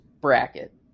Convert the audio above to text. bracket